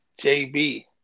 JB